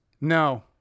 No